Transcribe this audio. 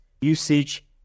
usage